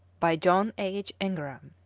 by john h. ingram.